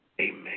Amen